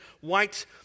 white